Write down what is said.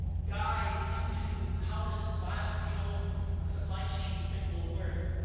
dive into how this biofuel supply chain thing will work,